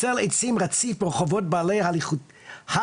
צל עצים רציף ברחובות בעלי הליכתיות